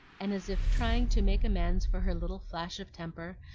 and as if trying to make amends for her little flash of temper,